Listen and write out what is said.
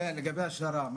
לגבי השר"מ,